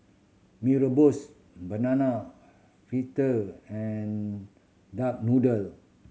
Mee Rebus banana fritter and duck noodle